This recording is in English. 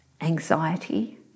anxiety